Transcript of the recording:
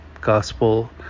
gospel